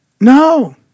No